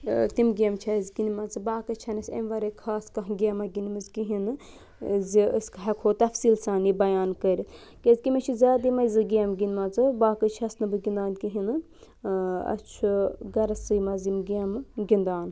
تِم گیمہٕ چھِ اسہِ گندِمژٕ باقٕے چھَنہٕ اَسہِ امہِ ورٲے خاص کانہہ گیما گندِمٕژ کہینۍ نہٕ زِ أسۍ ہیکٕہو تفصیٖل سان یہِ بیان کرِتھ کیازِ کہِ مےٚ چھِ زیادٕ یِمے زٕ گیٖمہٕ گندِمژٕ باقٕے چھس نہٕ بہٕ گندان کہینۍ نہٕ اسہِ چھُ گرَسٕے منٛز یم گیمہٕ گندان